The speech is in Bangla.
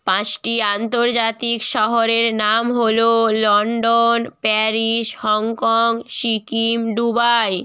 পাঁচটি আন্তর্জাতিক শহরের নাম হলো London Paris Hong Kong Sikkim Dubai